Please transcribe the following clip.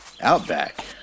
Outback